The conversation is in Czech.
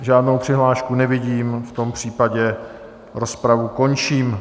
Žádnou přihlášku nevidím, v tom případě rozpravu končím.